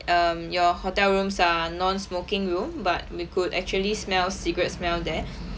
um your hotel rooms are non-smoking room but we could actually smell cigarette smell there